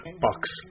box